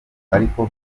ariko